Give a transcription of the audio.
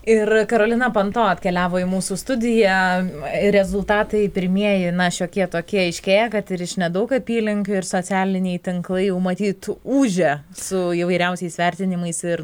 ir karolina panto atkeliavo į mūsų studiją ir rezultatai pirmieji na šiokie tokie aiškėja kad ir iš nedaug apylinkių ir socialiniai tinklai jau matyt ūžia su įvairiausiais vertinimais ir